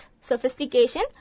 sophistication